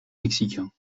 mexicains